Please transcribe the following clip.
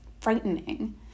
frightening